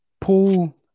pull